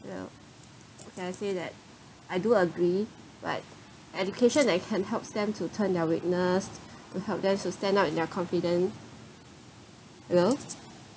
well can I say that I do agree like education that can helps them to turn their weakness to help them to stand up in their confident hello